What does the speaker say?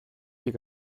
και